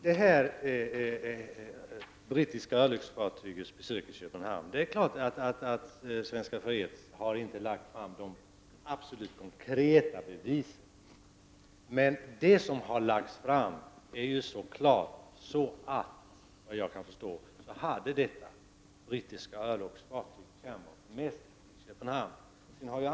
Det är klart att Svenska freds inte har lagt fram några absoluta konkreta bevis om det brittiska örlogsfartygets besök i Köpenhamn. Men det har framkommit klart att det brittiska örlogsfartyget hade med sig kärnvapen i Köpenhamn.